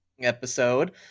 episode